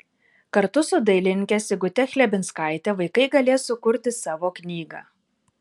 kartu su dailininke sigute chlebinskaite vaikai galės sukurti savo knygą